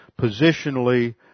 positionally